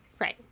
Right